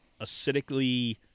acidically